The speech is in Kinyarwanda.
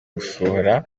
gusohora